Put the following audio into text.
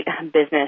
business